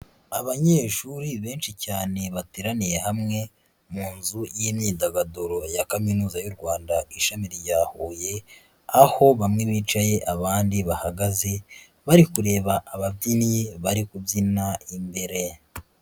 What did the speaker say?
Abanyeshuri benshi cyane bateraniye hamwe mu nzu y'imyidagaduro ya Kaminuza y'u Rwanda ishami rya Huye, aho bamwe bicaye abandi bahagaze bari kureba ababyinnyi bari kubyina imbere.